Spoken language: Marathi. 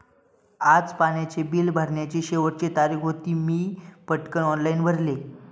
आज पाण्याचे बिल भरण्याची शेवटची तारीख होती, मी पटकन ऑनलाइन भरले